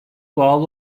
bağlı